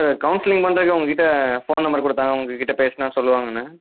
sir counselling பண்ணுறதுக்கு உங்கள் கிட்டே ஃபோன் நம்பர் கொடுத்தாங்க உங்கள் கிட்டே பேசுனால் சொல்லுவாங்கள்னு